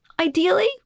ideally